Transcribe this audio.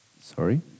Sorry